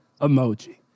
emoji